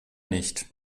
nicht